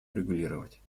урегулировать